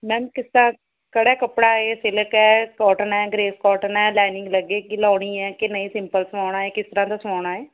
ma'am ਕਿਸ ਤਰ੍ਹਾਂ ਕਿਹੜਾ ਕੱਪੜਾ ਹੈ ਸਿਲਕ ਹੈ ਕੋਟਨ ਹੈ ਗ੍ਰੇਸ ਕੋਟਨ ਹੈ ਲਾਈਨਿੰਗ ਲੱਗੇਗੀ ਲਾਉਣੀ ਹੈ ਕਿ ਨਹੀਂ ਸਿੰਪਲ ਸਵਾਉਣਾ ਹੈ ਕਿਸ ਤਰ੍ਹਾਂ ਦਾ ਸਵਾਉਣਾ ਹੈ